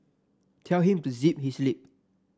tell him to zip his lip